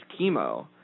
chemo